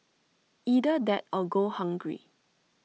either that or go hungry